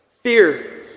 fear